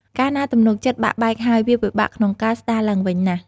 កាលណាទំនុកចិត្តបាក់បែកហើយ វាពិបាកក្នុងការស្ដារឡើងវិញណាស់។